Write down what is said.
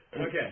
Okay